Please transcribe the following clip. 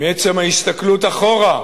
מעצם ההסתכלות אחורה: